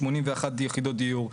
81 יחידות דיור,